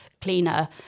cleaner